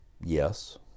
Yes